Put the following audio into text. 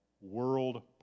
world